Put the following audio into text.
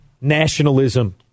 nationalism